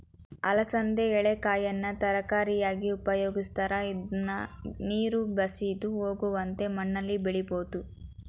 ಅಲಸಂದೆ ಎಳೆಕಾಯನ್ನು ತರಕಾರಿಯಾಗಿ ಉಪಯೋಗಿಸ್ತರೆ, ಇದ್ನ ನೀರು ಬಸಿದು ಹೋಗುವಂತ ಮಣ್ಣಲ್ಲಿ ಬೆಳಿಬೋದು